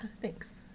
Thanks